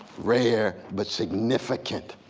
rare but significant,